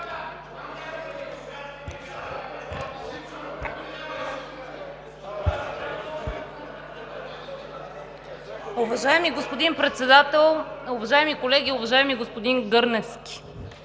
Уважаеми господин Председател, уважаеми колеги! Уважаеми господин Гърневски,